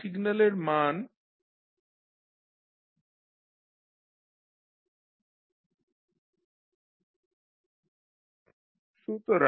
এখন সিগন্যালের মান C3 XG6 R1G1G6R2G2G6 R3G3G6